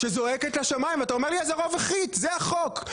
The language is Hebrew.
שזועקת לשמיים ואתה אומר לי שהרוב החליט, זה החוק.